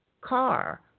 car